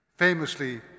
famously